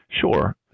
Sure